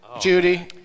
Judy